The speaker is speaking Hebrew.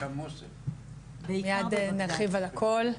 מיד נרחיב על הכול.